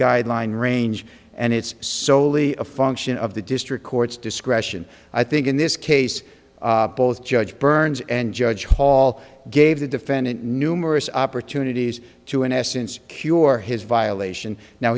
guideline range and it's solely a function of the district court's discretion i think in this case both judge burns and judge hall gave the defendant numerous opportunities to in essence cure his violation now